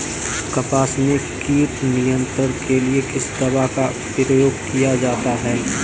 कपास में कीट नियंत्रण के लिए किस दवा का प्रयोग किया जाता है?